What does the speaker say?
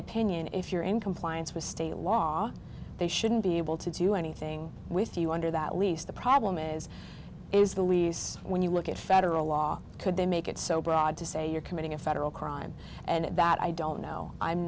opinion if you're in compliance with state law they shouldn't be able to do anything with you under that lease the problem is is the least when you look at federal law could they make it so broad to say you're committing a federal crime and that i don't know i'm